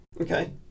Okay